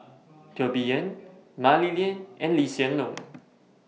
Teo Bee Yen Mah Li Lian and Lee Hsien Loong